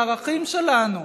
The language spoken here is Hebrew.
לערכים שלנו.